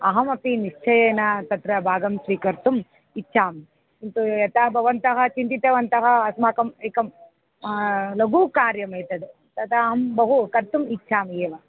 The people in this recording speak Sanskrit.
अहमपि निश्चयेन तत्र भागं स्वीकर्तुम् इच्छामि किन्तु यथा भवन्तः चिन्तितवन्तः अस्माकम् एकं लघुकार्यमेतद् तदा अहं बहु कर्तुम् इच्छामि एव